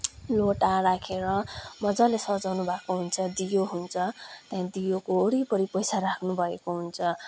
लोटा राखेर मज्जाले सजाउनुभएको हुन्छ दियो हुन्छ त्यहाँ दियोको वरिपरि पैसा राख्नुभएको हुन्छ